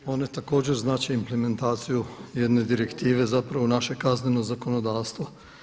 One također znače implementaciju jedne direktive zapravo u naše kazneno zakonodavstvo.